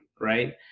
right